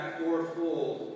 fourfold